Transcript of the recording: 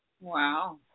Wow